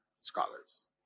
scholars